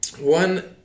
one